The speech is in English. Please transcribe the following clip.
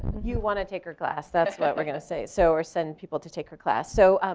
you want to take her class, that's what we're going to say, so or send people to take her class. so,